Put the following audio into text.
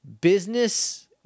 business